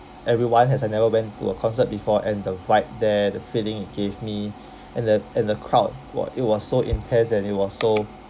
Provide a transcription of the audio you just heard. everyone as I never went to a concert before and the flight there the feeling it gave me and the and the crowd w~ it was so intense and it was so